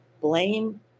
blame